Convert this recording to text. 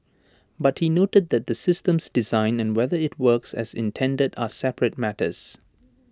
but he noted that the system's design and whether IT works as intended are separate matters